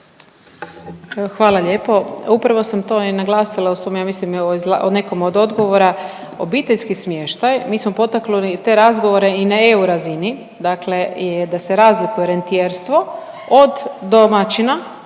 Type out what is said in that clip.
Hvala lijepo. Upravo sam to i naglasila u svom ja mislim nekom od odgovora. Obiteljski smještaj, mi smo potaknuli te razgovore i na EU razini, dakle i da se razlikuje rentijerstvo od domaćina